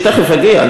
תכף אגיע.